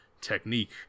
technique